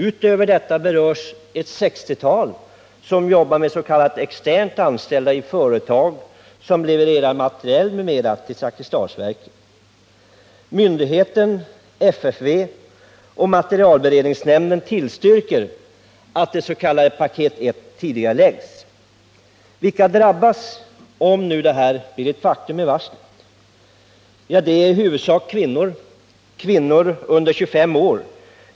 Utöver detta berörs ett 60-tal som är s.k. externt anställda i företag som levererar material m.m. till Zakrisdalsverken. Vilka kommer att drabbas, om varslet blir ett faktum? Jo, det blir i huvudsak kvinnor under 25 år.